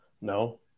No